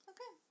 Okay